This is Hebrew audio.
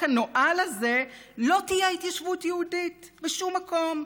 הנואל הזה לא תהיה התיישבות יהודית בשום מקום,